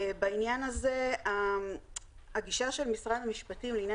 בעניין הזה הגישה של משרד המשפטים לעניין